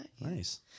Nice